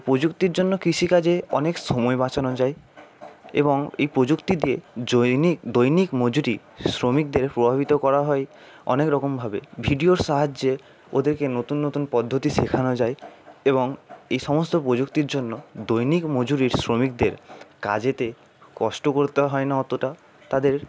তো প্রযুক্তির জন্য কৃষিকাজে অনেক সময় বাঁচানো যায় এবং এই প্রযুক্তি দিয়ে জৈনিক দৈনিক মজুরি শ্রমিকদের প্রভাবিত করা হয় অনেক রকমভাবে ভিডিওর সাহায্যে ওদেরকে নতুন নতুন পদ্ধতি শেখানো যায় এবং এই সমস্ত প্রযুক্তির জন্য দৈনিক মজুরির শ্রমিকদের কাজেতে কষ্ট করতে হয় না অতোটা তাদের